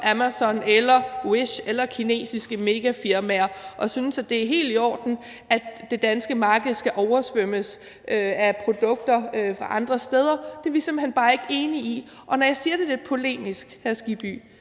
Amazon eller Wish eller kinesiske mega firmaer, og ikke synes, at det er helt i orden, at det danske marked skal oversvømmes med produkter fra andre steder. Det er vi simpelt hen bare ikke enige i. Og når jeg siger det lidt polemisk, hr. Hans